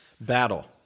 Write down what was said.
battle